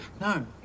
No